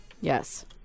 Yes